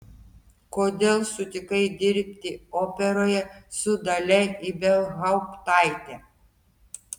kodėl sutikai dirbti operoje su dalia ibelhauptaite